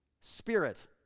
spirit